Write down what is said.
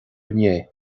inné